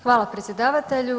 Hvala predsjedavatelju.